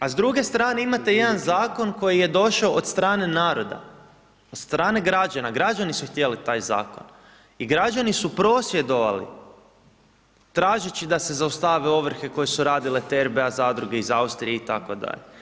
A s druge strane imate jedan zakon koji je došao od strane naroda, od strane građana, građani su htjeli taj zakon i građani su prosvjedovali, tražeći da se zaustave ovrhe koje su radile te RBA zadruge iz Austrije itd.